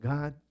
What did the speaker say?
God